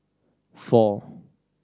four